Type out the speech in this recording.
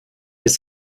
ist